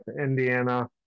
Indiana